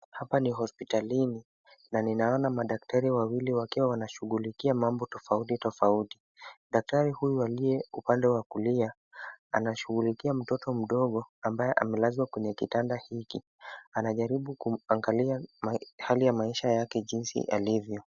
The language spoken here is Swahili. Hapa ni hospitalini, na ninaona madaktari wawili wakiwa wanashughulikia mambo tofauti tofauti. Daktari huyu aliye upande wa kulia, anashughulikia mtoto mdogo ambaye amelazwa kwenye kitanda hiki. Anajaribu kumwangalia hali ya maisha yake jinsi alivyo.